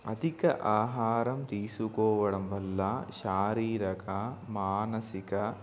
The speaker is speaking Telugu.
అధిక ఆహారం తీసుకోవడం వల్ల శారీరక మానసిక